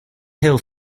hill